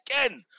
Again